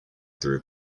through